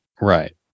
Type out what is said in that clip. Right